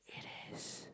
it is